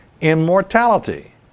immortality